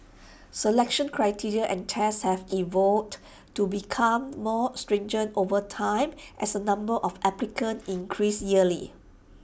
selection criteria and tests have evolved to become more stringent over time as the number of applicants increase yearly